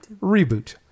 Reboot